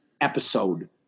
episode